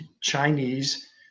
Chinese